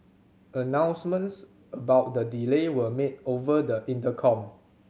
announcements about the delay were made over the intercom